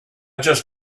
just